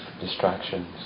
distractions